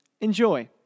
Enjoy